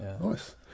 nice